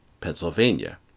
Pennsylvania